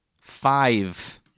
five